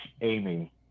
Amy